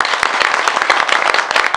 (מחיאות כפיים.)